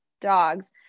dogs